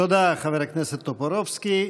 תודה, חבר הכנסת טופורובסקי.